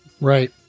Right